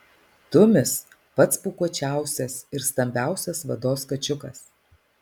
tumis pats pūkuočiausias ir stambiausias vados kačiukas